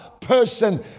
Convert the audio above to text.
person